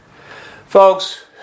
Folks